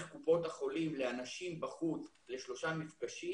קופות החולים לאנשים בחוץ לשלושה מפגשים,